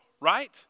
right